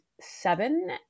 seven